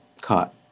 caught